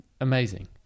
Amazing